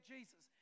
Jesus